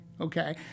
okay